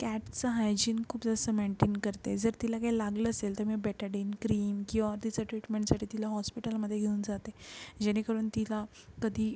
कॅटचं hygiene खूप जास्त maintain करते जर तिला काही लागलं असेल तर मी बेटाडीन क्रीम किंवा तिचं ट्रीटमेंटसाठी तिला हॉस्पिटलमध्ये घेऊन जाते जेणेकरून तिला कधी